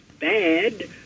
bad